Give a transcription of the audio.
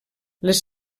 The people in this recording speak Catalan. les